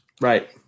Right